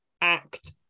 act